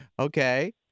okay